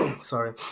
Sorry